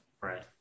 Right